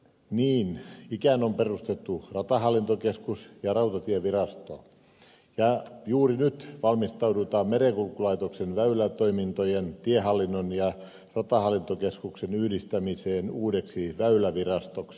niin ikään on perustettu ratahallintokeskus ja rautatievirasto ja juuri nyt valmistaudutaan merenkulkulaitoksen väylätoimintojen tiehallinnon ja ratahallintokeskuksen yhdistämiseen uudeksi väylävirastoksi